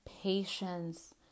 patience